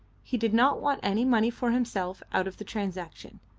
he did not want any money for himself out of the transaction,